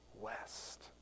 west